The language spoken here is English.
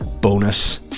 bonus